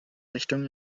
richtung